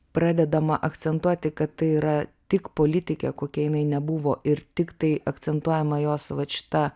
pradedama akcentuoti kad tai yra tik politikė kokia jinai nebuvo ir tiktai akcentuojama jos vat šita